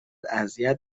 اذیت